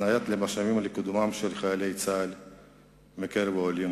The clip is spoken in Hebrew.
הפניית משאבים לקידומם של חיילי צה"ל מקרב העולים